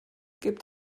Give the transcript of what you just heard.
gibt